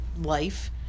life